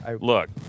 Look